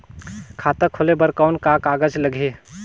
खाता खोले बर कौन का कागज लगही?